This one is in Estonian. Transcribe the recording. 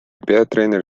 peatreener